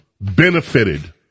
benefited